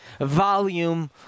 volume